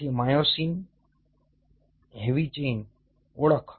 તેથી myosin heavy chain ઓળખ